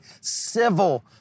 civil